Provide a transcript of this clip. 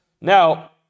Now